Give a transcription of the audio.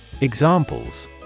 Examples